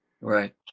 Right